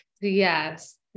Yes